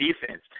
defense